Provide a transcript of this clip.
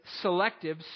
selective